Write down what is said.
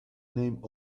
name